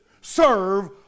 Serve